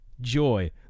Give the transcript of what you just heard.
Joy